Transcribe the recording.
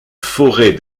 forêt